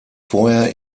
vorher